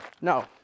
No